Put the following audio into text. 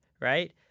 right